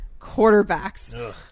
quarterbacks